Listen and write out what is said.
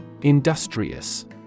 Industrious